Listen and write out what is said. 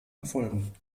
erfolgen